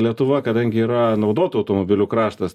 lietuva kadangi yra naudotų automobilių kraštas